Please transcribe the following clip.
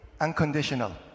unconditional